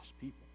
people